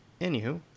anywho